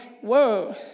whoa